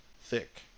thick